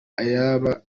ayabba